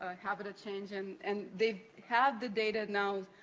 ah habitat change and and they have the data, now,